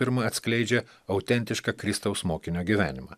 pirma atskleidžia autentišką kristaus mokinio gyvenimą